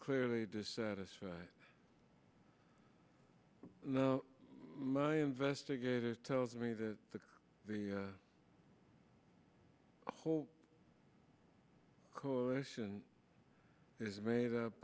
clearly dissatisfied no my investigator tells me that the whole coalition is made up